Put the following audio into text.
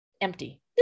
empty